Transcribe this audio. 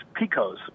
picos